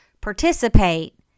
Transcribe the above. participate